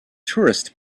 tourists